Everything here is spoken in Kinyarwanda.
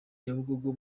nyabugogo